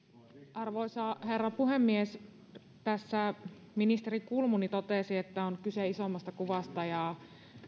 arvoisa herra puhemies tässä ministeri kulmuni totesi että on kyse isommasta kuvasta ja